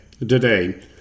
Today